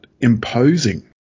imposing